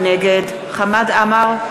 נגד חמד עמאר,